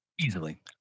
easily